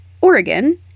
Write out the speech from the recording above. Oregon